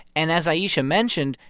and as ayesha mentioned,